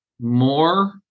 more